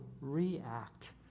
react